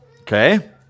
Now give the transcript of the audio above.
okay